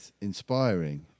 inspiring